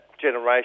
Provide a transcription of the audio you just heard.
generation